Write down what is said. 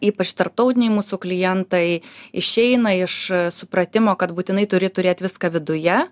ypač tarptautiniai mūsų klientai išeina iš supratimo kad būtinai turi turėt viską viduje